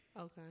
Okay